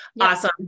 Awesome